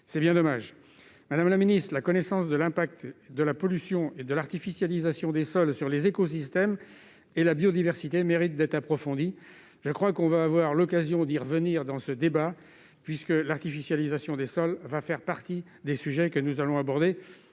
C'est bien dommage ! Madame la ministre, la connaissance de l'impact de la pollution et de l'artificialisation des sols sur les écosystèmes et la biodiversité mérite d'être approfondie. Nous aurons certainement l'occasion d'y revenir lors de ce débat, car l'artificialisation des sols fera partie des sujets que nous allons aborder.